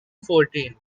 fourteen